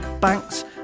banks